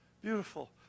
Beautiful